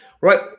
right